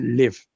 live